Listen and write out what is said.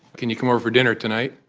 can you come over for dinner tonight?